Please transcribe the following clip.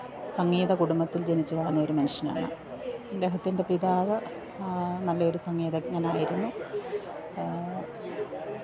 സംഗീത കുടുംബത്തിൽ ജനിച്ച് വളർന്ന ഒരു മനുഷ്യനാണ് അദ്ദേഹത്തിൻ്റെ പിതാവ് നല്ല ഒരു സംഗീതജ്ഞനായിരുന്നു